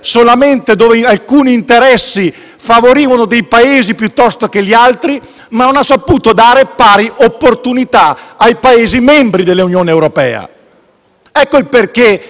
favorivano alcuni Paesi piuttosto che altri e che non ha saputo dare pari opportunità ai Paesi membri dell'Unione europea. Ecco perché siamo solidali e comprendiamo